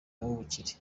n’ubukire